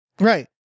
right